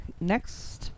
next